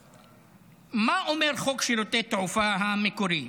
מה אומר חוק שירותי תעופה המקורי?